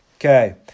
Okay